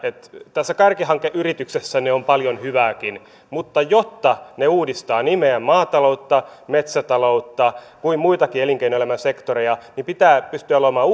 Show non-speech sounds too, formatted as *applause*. tässä kärkihankeyrityksessänne on paljon hyvääkin mutta jotta ne uudistavat niin meidän maatalouttamme metsätalouttamme kuin muitakin elinkeinoelämän sektoreita pitää pystyä olemaan *unintelligible*